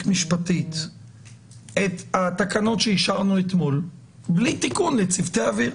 משפטית את התקנות שאישרנו אתמול בלי תיקון לצוותי אוויר.